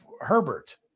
Herbert